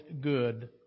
good